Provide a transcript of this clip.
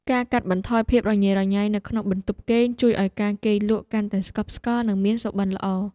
ការកាត់បន្ថយភាពរញ៉េរញ៉ៃនៅក្នុងបន្ទប់គេងជួយឱ្យការគេងលក់កាន់តែស្កប់ស្កល់និងមានសុបិនល្អ។